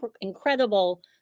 incredible